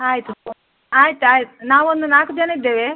ಆಯಿತು ಆಯ್ತು ಆಯಿತು ನಾವೊಂದು ನಾಲ್ಕು ಜನ ಇದ್ದೇವೆ